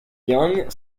young